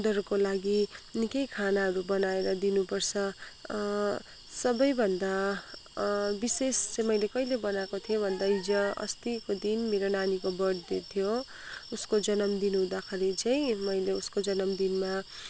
उनीहरूको लागि निकै खानाहरू बनाएर दिनुपर्छ सबैभन्दा विशेष चाहिँ मैले कहिले बनाएको थिएँ भन्दा हिजो अस्तिको दिन मेरो नानीको बर्थडे थियो उसको जनमदिन हुँदाखरि चाहिँ मैले उसको जनमदिनमा